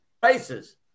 prices